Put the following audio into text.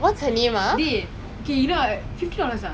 ya but artiste around the world like tamil artist